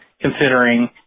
considering